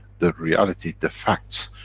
the reality, the facts.